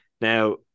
Now